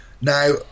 Now